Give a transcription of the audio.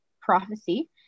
prophecy